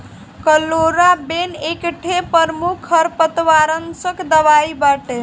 chloramben एकठे प्रमुख खरपतवारनाशक दवाई बाटे